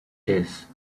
his